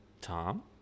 Tom